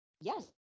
Yes